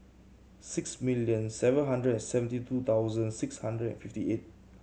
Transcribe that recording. six million seven hundred and seventy two thousand six hundred and fifty eight